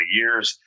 years